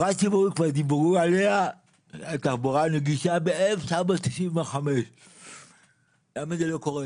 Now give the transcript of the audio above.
כבר ב-1995 דיברו על התחבורה הציבורית הנגישה למה זה לא קורה?